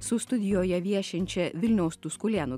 su studijoje viešinčia vilniaus tuskulėnų